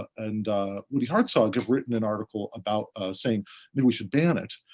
and lee hartzog have written an article about saying maybe we should ban it.